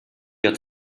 wir